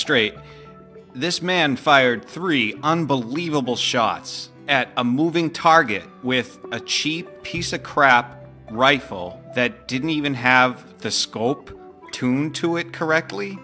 straight this man fired three unbelievable shots at a moving target with a cheap piece of crap rightful that didn't even have the scope tune to it correctly